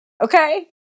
Okay